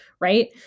right